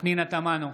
פנינה תמנו,